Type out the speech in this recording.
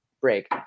break